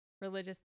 religious